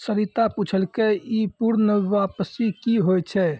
सरिता पुछलकै ई पूर्ण वापसी कि होय छै?